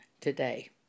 today